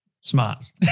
Smart